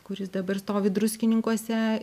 kuris dabar stovi druskininkuose